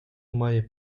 має